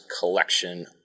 collection